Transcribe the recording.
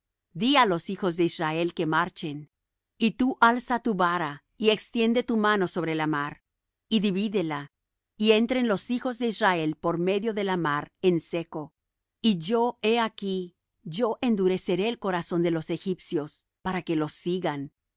di á los hijos de israel que marchen y tú alza tu vara y extiende tu mano sobre la mar y divídela y entren los hijos de israel por medio de la mar en seco y yo he aquí yo endureceré el corazón de los egipcios para que los sigan